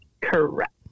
Correct